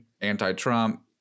anti-trump